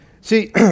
See